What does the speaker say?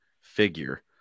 figure